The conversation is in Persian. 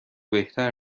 بهتر